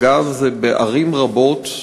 אגב, זה בערים רבות.